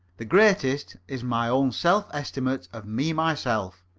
the greatest is my own self-estimate of me myself.